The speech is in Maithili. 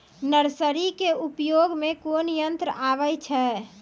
नर्सरी के उपयोग मे कोन यंत्र आबै छै?